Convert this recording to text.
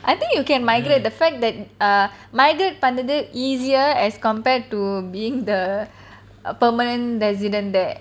I think you can migrate the fact that migrate பண்றது:panrathu easier as compared to being the a permanent resident there